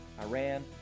Iran